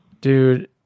Dude